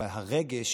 אבל הרגש